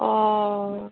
অঁ